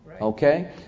okay